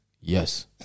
Yes